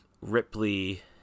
Ripley